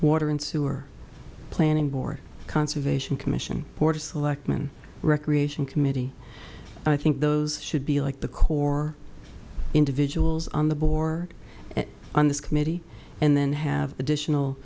water and sewer planning board conservation commission porter selectman recreation committee i think those should be like the core individuals on the board and on this committee and then have additional